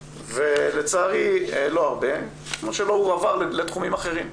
לצערי לא הרבה, כמו שלא הועבר לתחומים אחרים.